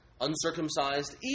uncircumcised